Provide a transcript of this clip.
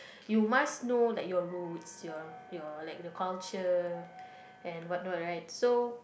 you must know like your roots your your like the culture and what not right so